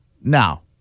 Now